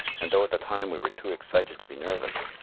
and though at the time we were too excited to be nervous,